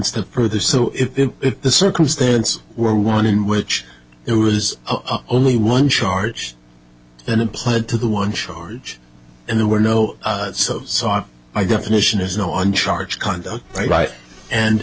step further so if the circumstance were one in which it was only one charge then applied to the one charge and there were no sought by definition is no on charge conduct